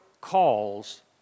calls